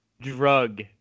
drug